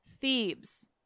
Thebes